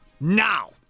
now